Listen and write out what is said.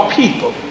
people